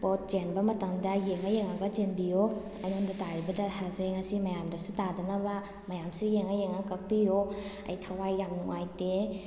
ꯄꯣꯠ ꯆꯦꯟꯕ ꯃꯇꯝꯗ ꯌꯦꯡꯉ ꯌꯦꯡꯉꯒ ꯆꯦꯟꯕꯤꯌꯣ ꯑꯩꯉꯣꯟꯗ ꯇꯥꯔꯤꯕ ꯗꯁꯥꯁꯦ ꯉꯁꯤ ꯃꯌꯥꯝꯗꯁꯨ ꯇꯥꯗꯅꯕ ꯃꯌꯥꯝꯁꯨ ꯌꯦꯡꯉ ꯌꯦꯡꯉ ꯀꯛꯄꯤꯌꯣ ꯑꯩ ꯊꯋꯥꯏ ꯌꯥꯝ ꯅꯨꯡꯉꯥꯏꯇꯦ